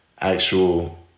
actual